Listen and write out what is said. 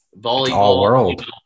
volleyball